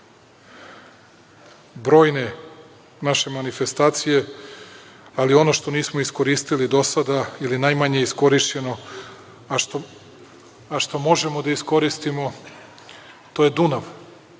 brojne naše manifestacije, ali ono što nismo iskoristili do sada ili je najmanje iskorišćeno, a što možemo da iskoristimo, to je Dunav